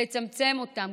לצמצם אותן,